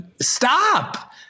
stop